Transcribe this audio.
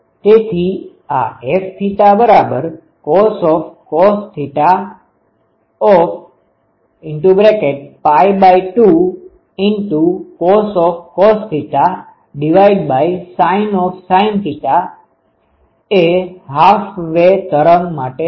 તેથી આ Fθ cos sin એ હાફ વે તરંગ માટે છે